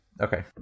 Okay